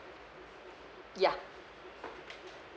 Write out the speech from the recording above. yeah